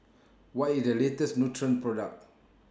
What IS The latest Nutren Product